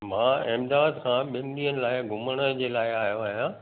मां अहमदाबाद खां ॿिनि ॾींहनि लाइ घुमण जे लाइ आयो आहियां